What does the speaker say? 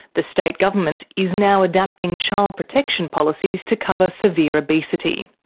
the state government is now adapting child protection policies to cover severe obesity.